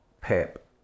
Pep